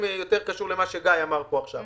קשור למה שגיא אמר פה עכשיו.